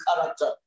character